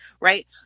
Right